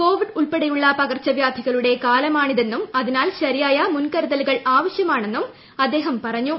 Covid ഉൾപ്പെടെയുള്ള പകർച്ച വ്യാധികളുടെ കാലമാണി തെന്നും അതിനാൽ ശരിയായ മുൻകരുതലുകൾ ആവശ്യമാ ണെന്നും അദ്ദേഹം പറഞ്ഞു